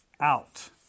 out